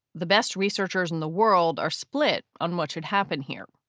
the best researchers in the world are split on much, it happened here.